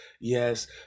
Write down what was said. yes